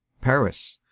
paris,